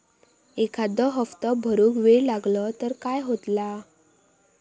एखादो हप्तो भरुक वेळ लागलो तर काय होतला?